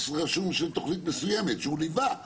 רשום של תוכנית מסוימת שהוא ליווה פרויקט.